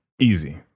Easy